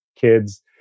kids